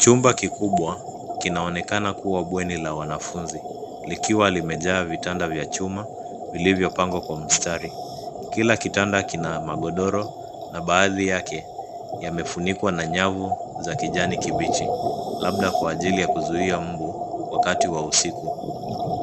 Chumba kikubwa kinaonekana kuwa bweni la wanafunzi, likiwa limejaa vitanda vya chuma viliyopangwa kwa mstari. Kila kitanda kina magodoro na baadhi yake yamefunikwa na nyavu za kijani kibichi, labda kwa ajili ya kuzuia mbu wakati wa usiku.